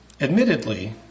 admittedly